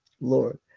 Lord